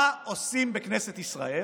מה עושים בכנסת ישראל?